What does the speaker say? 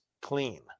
clean